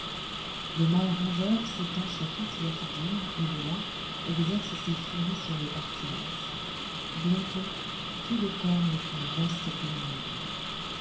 le mal rongeur s'étend sur toute la figure et de là exerce ses furies sur les parties basses bientôt tout le corps n'est qu'une vaste plaie immonde